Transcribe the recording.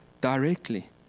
directly